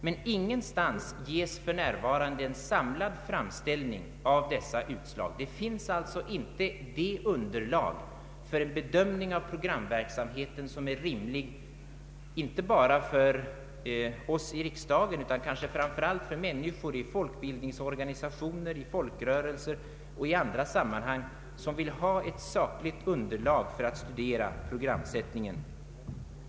Men ingenstans ges för närvarande en samlad framställning av dessa utslag. Det finns alltså inte något underlag för en samlad bedömning av programverksamheten. Ett sådant underlag skulle vara av mycket stort värde inte bara för oss i riksdagen utan kanske framför allt för de människor i folkbildningsorganisationer, i folkrörelser och i andra sammanhang som vill ha ett sakligt underlag för att metodiskt studera programsättningen.